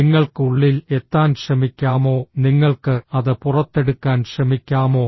നിങ്ങൾക്ക് ഉള്ളിൽ എത്താൻ ശ്രമിക്കാമോ നിങ്ങൾക്ക് അത് പുറത്തെടുക്കാൻ ശ്രമിക്കാമോ